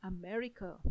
America